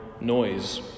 noise